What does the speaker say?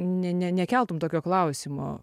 ne ne nekeltum tokio klausimo